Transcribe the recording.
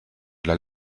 dal